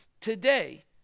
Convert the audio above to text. today